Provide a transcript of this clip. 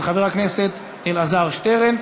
של חבר הכנסת אלעזר שטרן.